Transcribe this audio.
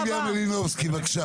יוליה מלינובסקי, בבקשה.